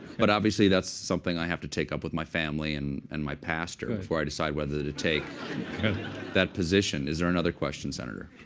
but obviously, that's something i have to take up with my family and and my pastor before i decide whether to take that position. is there another question, senator?